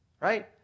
Right